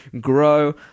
grow